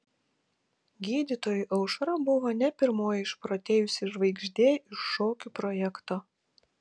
gydytojui aušra buvo ne pirmoji išprotėjusi žvaigždė iš šokių projekto